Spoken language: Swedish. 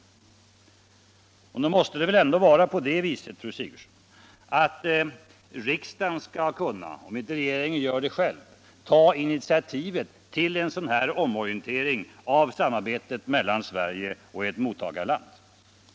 Nog måste det ändå vara så, fru Sigurdsen, att riksdagen, om inte regeringen gör det själv, skall kunna ta initiativet till en sådan omorientering av samarbetet mellan Sverige och ett mottagarland.